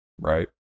right